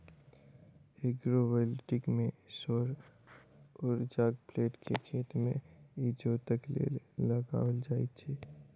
agrovoltaic मे सौर उर्जाक प्लेट के खेत मे इजोतक लेल लगाओल जाइत छै